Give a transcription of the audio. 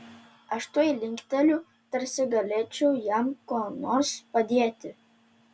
aš tuoj linkteliu tarsi galėčiau jam kuo nors padėti